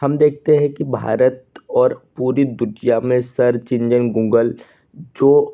हम देखते है कि भारत और पूरी दुनिया में सर्च इंजन गूगल जो